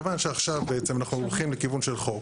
כיוון שעכשיו בעצם אנחנו הולכים לכיוון של חוק